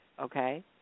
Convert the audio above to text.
okay